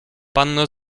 panno